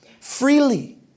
freely